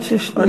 עוד שש שניות.